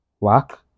work